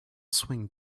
swing